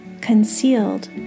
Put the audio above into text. concealed